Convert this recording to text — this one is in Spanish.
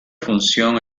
función